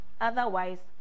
otherwise